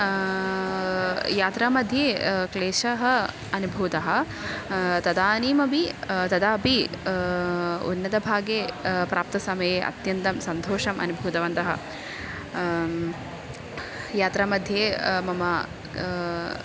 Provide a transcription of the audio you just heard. यात्रा मध्ये क्लेशः अनुभूतः तदानीमपि तदा अपि उन्नतभागे प्राप्तसमये अत्यन्तं सन्तोषम् अनुभूतवन्तः यात्रा मध्ये मम